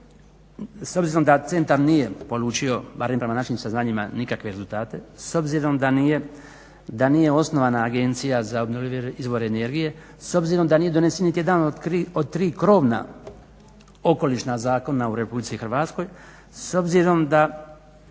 s obzirom da centar nije polučio barem prema našim saznanjima nikakve rezultate, s obzirom da nije osnovana Agencija za obnovljive izvore energije, s obzirom da nije donesen nitijedan od tri krovna okolišna zakona u RH, s obzirom da